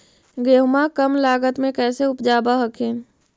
गेहुमा कम लागत मे कैसे उपजाब हखिन?